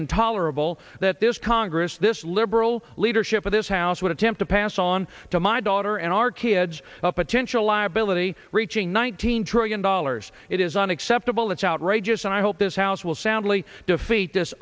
intolerable that this congress this liberal leadership of this house would attempt to pass on to my daughter and our kids the potential liability reaching one thousand nine hundred dollars it is unacceptable it's outrageous and i hope this house will soundly defeat this